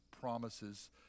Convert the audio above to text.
promises